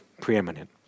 preeminent